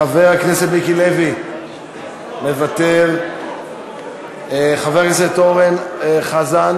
חבר הכנסת מיקי לוי, מוותר, חבר הכנסת אורן חזן,